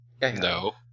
No